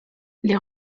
les